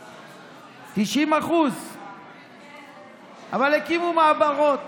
90%. אבל הקימו מעברות